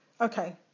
Okay